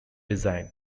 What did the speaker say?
design